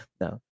No